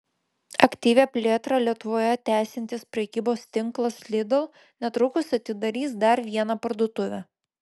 aktyvią plėtrą lietuvoje tęsiantis prekybos tinklas lidl netrukus atidarys dar vieną parduotuvę